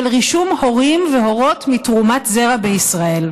רישום הורים והורות מתרומת זרע בישראל.